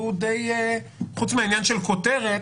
חוץ מעניין של כותרת,